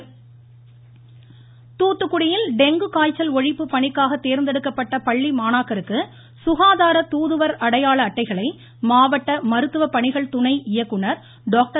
இருவரி தூத்துக்குடியில் டெங்கு காய்ச்சல் ஒழிப்பு பணிக்காக தேர்ந்தெடுக்கப்பட்ட பள்ளி மாணாக்கருக்கு சுகாதார தூதுவர் அடையாள அட்டைகளை மாவட்ட மருத்துவப் பணிகள் துணை இயக்குநர் டாக்டர்